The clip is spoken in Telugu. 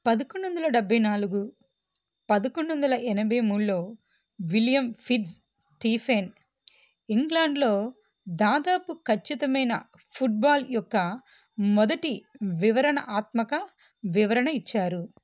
పదకొండు వందల డెబ్బై నాలుగు పదకొండు వందల ఎనభై మూడులో విలియం ఫిట్జ్ స్టీఫెన్ ఇంగ్లాండ్లో దాదాపు ఖచ్చితమైన ఫుట్బాల్ యొక్క మొదటి వివరణాత్మక వివరణ ఇచ్చారు